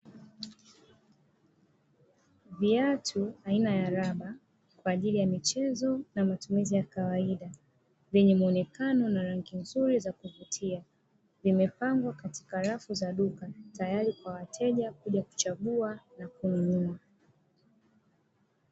Viatu aina ya raba kwa ajili ya michezo na matumizi ya kawaida, vyenye muonekano na rangi nzuri za kuvutia, vimepangwa katika rafu za duka, tayari kwa wateja kuja kuchagua na kununua.